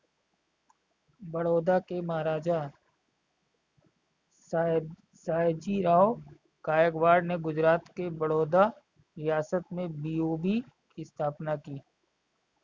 बड़ौदा के महाराजा, सयाजीराव गायकवाड़ ने गुजरात के बड़ौदा रियासत में बी.ओ.बी की स्थापना की